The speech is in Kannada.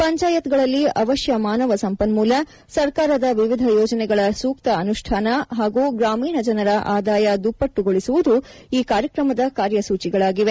ಪಂಚಾಯತ್ಗಳಲ್ಲಿ ಅವಶ್ಯ ಮಾನವ ಸಂಪನ್ಮೂಲ ಸರ್ಕಾರದ ವಿವಿಧ ಯೋಜನೆಗಳ ಸೂಕ್ತ ಅನುಷ್ಡಾನ ಹಾಗೂ ಗ್ರಾಮೀಣ ಜನರ ಆದಾಯ ದುಪ್ಪಟ್ಟುಗೊಳಿಸುವುದು ಈ ಮಹತಾಕಾಂಕ್ಷಿ ಕಾರ್ಯಕ್ರಮದ ಕಾರ್ಯಸೂಚಿಗಳಾಗಿವೆ